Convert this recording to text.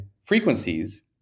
frequencies